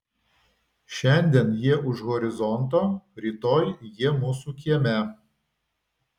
šiandien jie už horizonto rytoj jie mūsų kieme